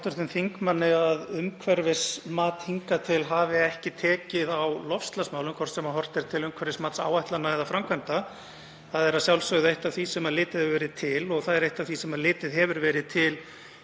hafi umhverfismat ekki tekið á loftslagsmálum, hvort sem horft er til umhverfismatsáætlana eða framkvæmda. Það er að sjálfsögðu eitt af því sem litið hefur verið til